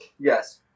Yes